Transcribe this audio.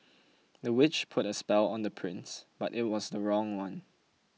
the witch put a spell on the prince but it was the wrong one